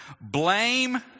blame